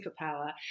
superpower